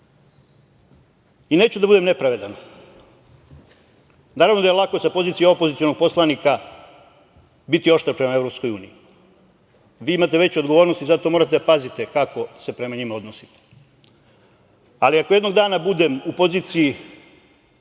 da budem nepravedan. Naravno da je lako sa pozicije opozicionog poslanika biti oštar prema EU. Vi imate veću odgovornost i zato morate da pazite kako se prema njima odnosite, ali ako jednog dana budem u poziciji